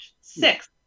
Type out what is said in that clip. six